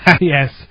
Yes